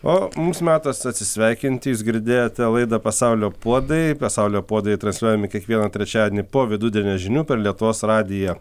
o mums metas atsisveikinti jūs girdėjote laidą pasaulio puodai pasaulio puodai transliuojami kiekvieną trečiadienį po vidudienio žinių per lietuvos radiją